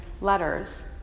letters